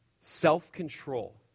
Self-control